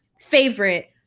favorite